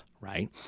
right